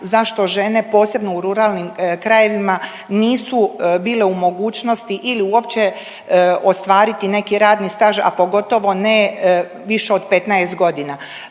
zašto žene posebno u ruralnim krajevima nisu bile u mogućnosti ili uopće ostvariti neki radni staž, a pogotovo ne više od 15 godina.